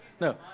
No